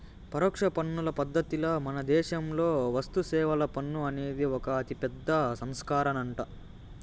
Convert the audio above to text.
పరోక్ష పన్నుల పద్ధతిల మనదేశంలో వస్తుసేవల పన్ను అనేది ఒక అతిపెద్ద సంస్కరనంట